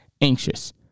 anxious